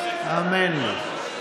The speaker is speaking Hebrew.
האמן לי.